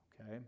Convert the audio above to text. okay